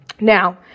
Now